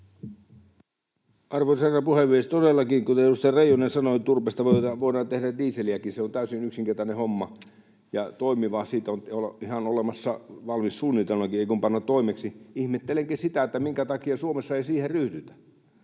Arvoisa herra puhemies! Todellakin, kuten edustaja Reijonen sanoi, turpeesta voidaan tehdä dieseliäkin. Se on täysin yksinkertainen homma ja toimiva, ja siitä on ihan olemassa valmis suunnitelmakin — eiköhän panna toimeksi. Ihmettelenkin, minkä takia Suomessa ei siihen ryhdytä.